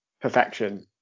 perfection